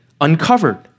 uncovered